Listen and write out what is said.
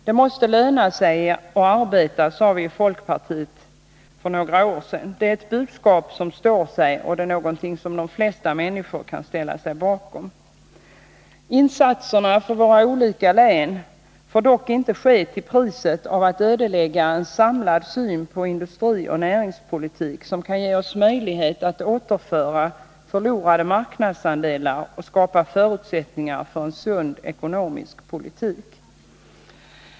Det måste löna sig att arbeta, sade vi i folkpartiet för några år sedan. Det är ett budskap som står sig och som de flesta människor kan ställa sig bakom. Insatserna för våra olika län får dock inte ske till priset av ödeläggandet av en samlad syn på industrioch näringspolitik, som kan ge oss möjlighet att återerövra förlorade marknadsandelar och skapa förutsättningar för en sund ekonomisk politik.